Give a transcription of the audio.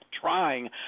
trying